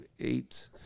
eight